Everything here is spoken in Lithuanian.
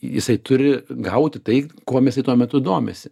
jisai turi gauti tai kuom jisai tuo metu domisi